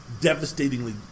devastatingly